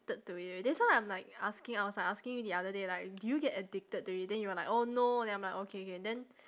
~ed to it that's why I'm like asking I was like asking you the other day like do you get addicted to it then you were like oh no then I'm like okay K then